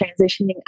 transitioning